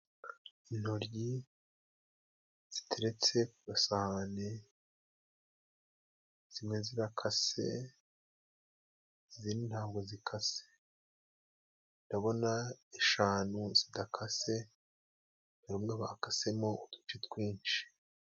Intoryi ziteretse ku gasahani, zimwe zirakase, izindi ntabwo zikase. Ndabona eshanu zidakase, rumwe bakasemo uduce twinshi.